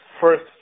first